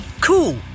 Cool